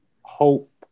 hope